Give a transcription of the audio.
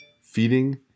feeding